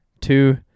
two